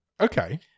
Okay